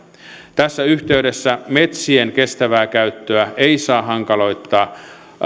tässä yhteydessä metsien kestävää käyttöä ei saa hankaloittaa